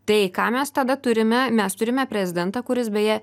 tai ką mes tada turime mes turime prezidentą kuris beje